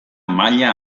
maila